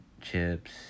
chips